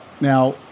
Now